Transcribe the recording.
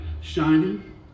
shining